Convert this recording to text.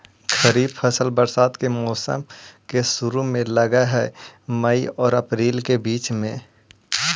खरीफ फसल बरसात के मौसम के शुरु में लग हे, मई आऊ अपरील के बीच में